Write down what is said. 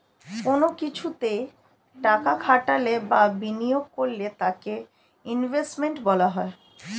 কোন কিছুতে টাকা খাটালে বা বিনিয়োগ করলে তাকে ইনভেস্টমেন্ট বলা হয়